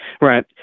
Right